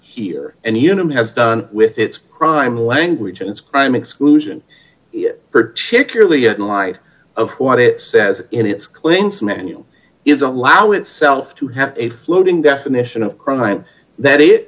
here and unum has done with its crime language and its crime exclusion particularly in light of what it says in its claims menu is allow itself to have a floating definition of crime that it